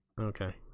Okay